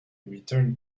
returned